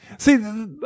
See